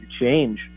change